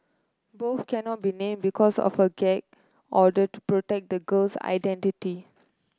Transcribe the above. both cannot be name because of a gag order to protect the girl's identity